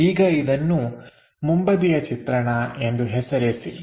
ಈಗ ಇದನ್ನು ಮುಂಬದಿಯ ಚಿತ್ರಣ ಎಂದು ಹೆಸರಿಸಿ